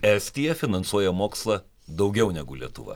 estija finansuoja mokslą daugiau negu lietuva